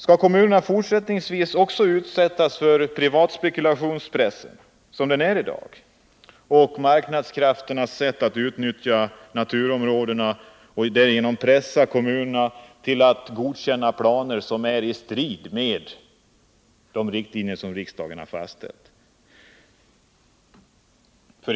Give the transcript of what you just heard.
Skall kommunerna även fortsättningsvis utsättas för den privata spekulationspress som i dag förekommer? Skall marknadskrafterna få fortsätta att utnyttja naturområdena och därigenom pressa kommunerna till att godkänna planer som strider mot riksdagens riktlinjer?